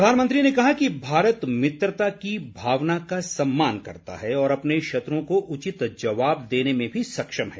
प्रधानमंत्री ने कहा कि भारत मित्रता की भावना का सम्मान करता है और अपने शत्रओं को उचित जवाब देने में भी सक्षम है